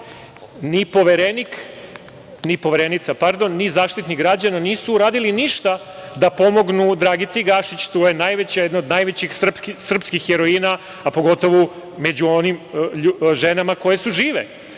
ni Poverenica, pardon, ni Zaštitnik građana nisu uradili ništa da pomognu Dragici Gašić. To je jedna od najvećih srpskih heroina, a pogotovo među onim ženama koje su žive.